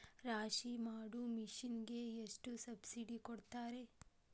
ರಾಶಿ ಮಾಡು ಮಿಷನ್ ಗೆ ಎಷ್ಟು ಸಬ್ಸಿಡಿ ಕೊಡ್ತಾರೆ?